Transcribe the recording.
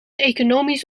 economisch